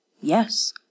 Yes